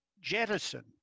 jettison